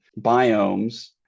biomes